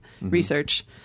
research